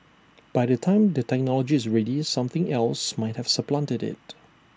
by the time the technology is ready something else might have supplanted IT